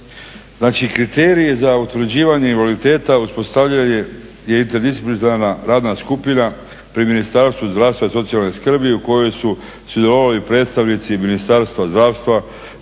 kriteriji za utvrđivanje invaliditeta … /Govornik se ne razumije./ … radna skupina pri Ministarstvu zdravstva i socijalne skrbi u kojoj su sudjelovali predstavnici Ministarstva zdravstva,